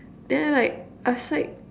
then like I was like